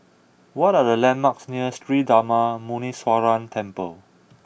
what are the landmarks near Sri Darma Muneeswaran Temple